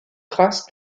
traces